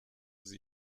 sie